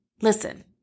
Listen